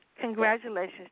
congratulations